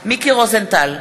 מיקי רוזנטל,